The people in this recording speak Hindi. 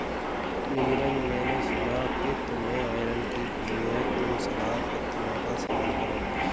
नीरज मैंने सुना कि तुम्हें आयरन की कमी है तुम सलाद पत्तियों का सेवन करो